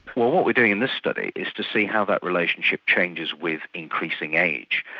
well what we're doing in this study is to see how that relationship changes with increasing age.